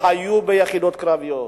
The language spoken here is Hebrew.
והיו ביחידות קרביות,